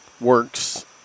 works